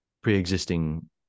pre-existing